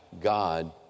God